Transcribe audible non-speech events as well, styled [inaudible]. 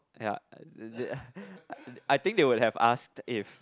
ya [noise] they I think they would have asked if